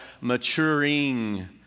maturing